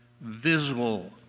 visible